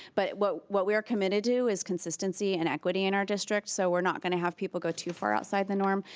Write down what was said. but what what we are committed to do is consistency and equity in our district, so we're not gonna have people go too far outside the norm.